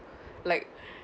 like